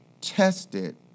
tested